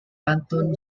anton